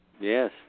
Yes